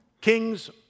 Kings